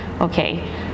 okay